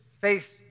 faith